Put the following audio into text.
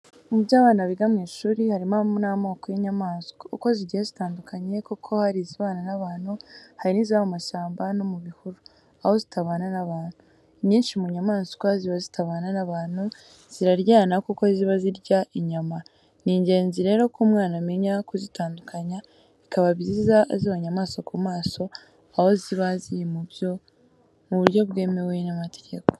Mubyo abana biga mu ishuri, harimo n'amoko y'inyamaswa, uko zigiye zitandukanye, kuko hari izibana n'abantu, hari n'iziba mu mashyamba no mu bihuru, aho zitabana n'abantu. Inyinshi mu nyamaswa ziba zitabana n'abantu, ziraryana kuko ziba zirya inyama. Ni ingenzi rero ko umwana amenya kuzitandukanya, bikaba byiza azibonye amaso ku maso aho ziba ziri mu buryo bwemewe n'amategeko.